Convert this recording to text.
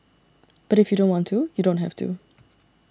but if you don't want to you don't have to